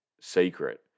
secret